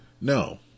No